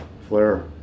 Flair